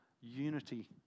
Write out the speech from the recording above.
unity